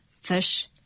fish